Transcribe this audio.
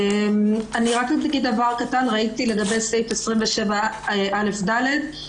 ראיתי לגבי סעיף 27(א)(ד),